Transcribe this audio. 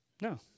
No